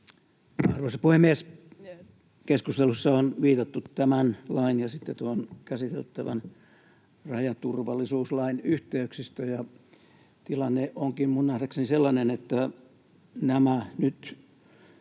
Arvoisa puhemies! Keskustelussa on viitattu tämän lain ja sitten tuon käsiteltävän rajaturvallisuuslain yhteyksiin, ja tilanne onkin minun nähdäkseni sellainen, että nämä nyt